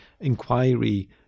inquiry